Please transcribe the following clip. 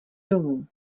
domů